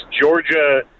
Georgia